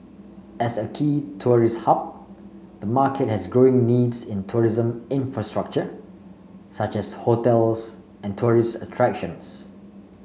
as a key tourist hub the market has growing needs in tourism infrastructure such as hotels and tourist attractions